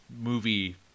movie